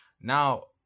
Now